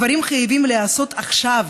הדברים חייבים להיעשות עכשיו,